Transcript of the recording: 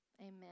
Amen